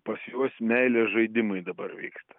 pas juos meilės žaidimai dabar vyksta